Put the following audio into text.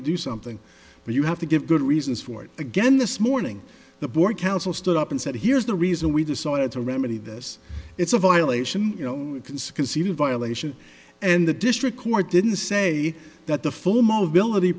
to do something but you have to give good reasons for it again this morning the board counsel stood up and said here's the reason we decided to remedy this it's a violation you know you can see conceding violation and the district court didn't say that the full mobility